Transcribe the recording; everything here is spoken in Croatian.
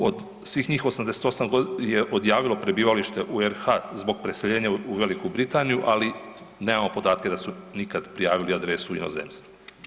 Od svih njih 88 je odjavilo prebivalište u RH zbog preseljenja u Veliku Britaniju, ali nemamo podatke da su nikad prijavili adresu u inozemstvu.